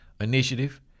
Initiative